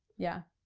yeah.